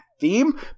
theme